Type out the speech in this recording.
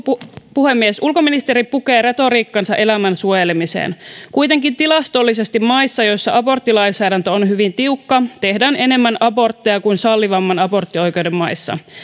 puhemies ulkoministeri pukee retoriikkansa elämän suojelemiseen kuitenkin tilastollisesti maissa joissa aborttilainsäädäntö on hyvin tiukka tehdään enemmän abortteja kuin sallivamman aborttioikeuden maissa